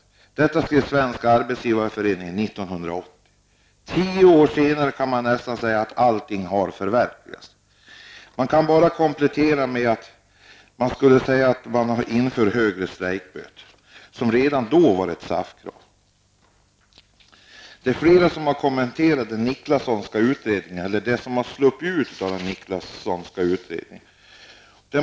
Detta skrev Svenska arbetsgivareföreningen 1980. Tio år senare kan man nästan säga att allting har förverkligats. Det skulle kunna kompletteras med att man infört högre strejkböter, som redan då var ett SAF-krav. Det är flera som har kommenterat den Niklassonska utredningen, eller det som har sluppit ut av den.